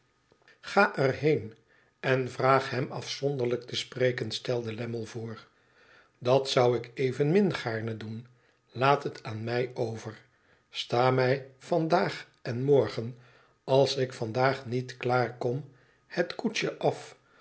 ga er heen en vraag hem afzonderlijk te spreken stelde lammie voor dat zou ik evenmin gaarne doen laat het aan mij over sta mij vandaag en morgen als ik vandaag niet klaar kom het koetsje af